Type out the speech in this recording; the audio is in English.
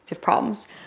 problems